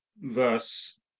verse